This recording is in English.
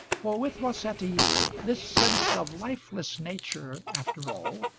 for with rossetti this sense of lifeless nature, after all,